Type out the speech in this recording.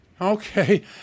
Okay